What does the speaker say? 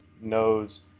knows